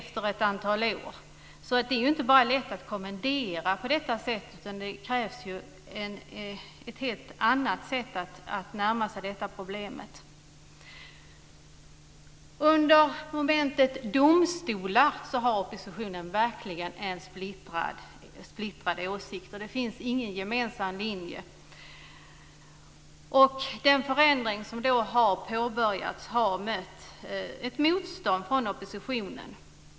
Det går inte bara att kommendera fram, utan man måste närma sig detta problem på ett helt annat sätt. Under det moment som rör domstolar framför oppositionen verkligen splittrade åsikter. Den har inte någon gemensam linje. Den förändring som har påbörjats har mött motstånd från oppositionen.